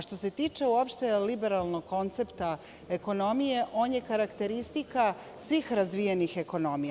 Što se tiče uopšte liberalnog koncepta ekonomije, on je karakteristika svih razvijenih ekonomija.